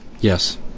Yes